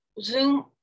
Zoom